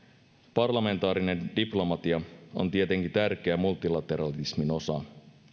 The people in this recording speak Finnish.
parlamentaarinen diplomatia on tietenkin tärkeä multilateralismin osa